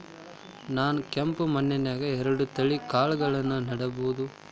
ನಾನ್ ಕೆಂಪ್ ಮಣ್ಣನ್ಯಾಗ್ ಎರಡ್ ತಳಿ ಕಾಳ್ಗಳನ್ನು ನೆಡಬೋದ?